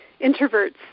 introverts